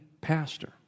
pastor